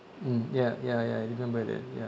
mm ya ya ya you can buy that ya